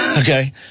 Okay